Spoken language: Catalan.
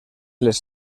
les